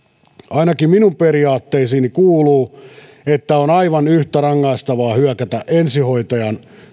ainakin minun periaatteisiini kuuluu että on aivan yhtä rangaistavaa hyökätä ensihoitajan